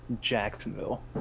Jacksonville